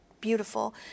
beautiful